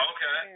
Okay